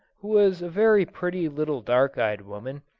who was a very pretty little dark-eyed woman,